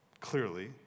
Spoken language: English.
clearly